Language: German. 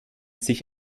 sich